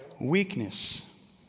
weakness